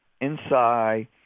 inside